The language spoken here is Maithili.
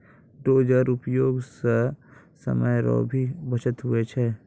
डोजर उपयोग से समय रो भी बचत हुवै छै